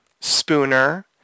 Spooner